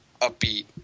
upbeat